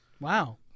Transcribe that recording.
wow